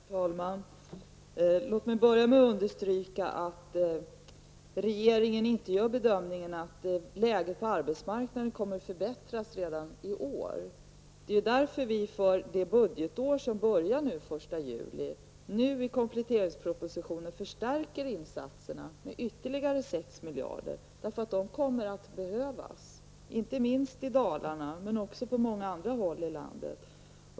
Herr talman! Låt mig börja med att understryka att regeringen inte gör bedömningen att läget på arbetsmarknaden kommer att förbättras redan i år. Det är därför som vi för det budgetår som börjar den 1 juli i kompletteringspropositionen föreslår en förstärkning av insatserna med ytterligare 6 miljarder. Dessa pengar kommer att behövas, inte minst i Dalarna men också på många andra håll i landet.